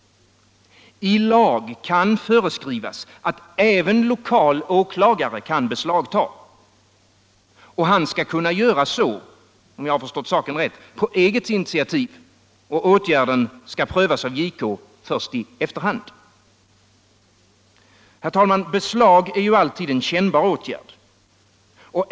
I lag kan föreskrivas att även lokal åklagare kan beslagta. Han skall kunna göra så — om jag förstått saken rätt — på eget initiativ, och åtgärden kan prövas av JK först i efterhand. Herr talman! Beslag är alltid en kännbar åtgärd.